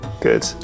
good